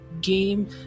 game